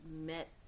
met